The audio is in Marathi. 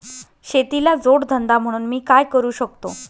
शेतीला जोड धंदा म्हणून मी काय करु शकतो?